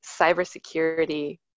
cybersecurity